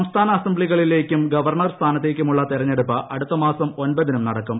സംസ്ഥാന അസംബ്ലികളിലേക്കും ഗവർണർ സ്ഥാനത്തേക്കുമുള്ള തിരഞ്ഞെടുപ്പ് അടുത്ത മാസം ഒമ്പതിനും സ്ലൂടക്കും